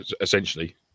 essentially